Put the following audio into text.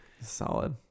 Solid